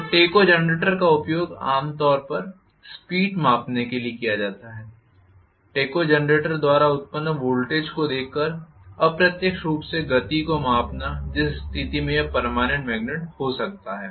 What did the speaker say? तो टैकोजेनरेटर का उपयोग आम तौर पर स्पीड मापने के लिए किया जाता है टेकोजनरेटर द्वारा उत्पन्न वोल्टेज को देखकर अप्रत्यक्ष रूप से गति को मापना जिस स्थिति में यह पर्मानेंट मेग्नेट हो सकता है